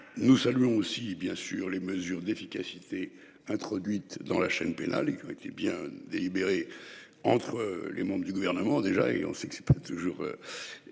Nous saluons aussi bien sur les mesures d'efficacité introduite dans la chaîne pénale et qui ont été bien délibérée entre les membres du gouvernement déjà et on sait que c'est pas toujours.